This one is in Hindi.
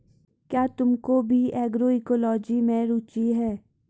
क्या तुमको भी एग्रोइकोलॉजी में रुचि है?